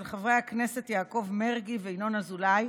של חברי הכנסת יעקב מרגי וינון אזולאי,